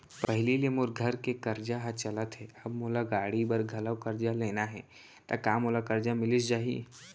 पहिली ले मोर घर के करजा ह चलत हे, अब मोला गाड़ी बर घलव करजा लेना हे ता का मोला करजा मिलिस जाही?